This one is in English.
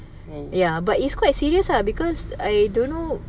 ya but it's quite serious lah because I don't know